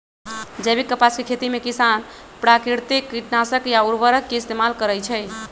जैविक कपास के खेती में किसान प्राकिरतिक किटनाशक आ उरवरक के इस्तेमाल करई छई